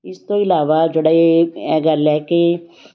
ਇਸ ਤੋਂ ਇਲਾਵਾ ਜਿਹੜੇ ਇਹ ਗੱਲ ਹੈ ਕਿ